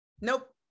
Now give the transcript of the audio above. Nope